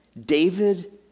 David